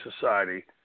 society